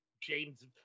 James